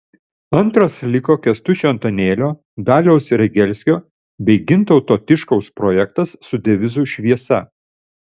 antras liko kęstučio antanėlio daliaus regelskio bei gintauto tiškaus projektas su devizu šviesa